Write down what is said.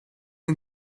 den